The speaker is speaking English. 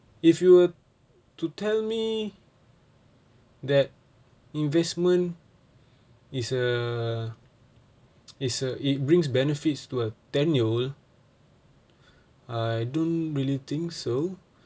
if you were to tell me that investment is uh is a it brings benefits to a ten-year-old I don't really think so